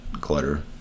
clutter